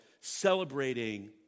celebrating